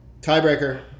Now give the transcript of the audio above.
Tiebreaker